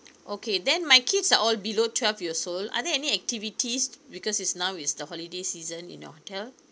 okay then my kids are all below twelve years old are there any activities because it's now is the holiday season in your hotel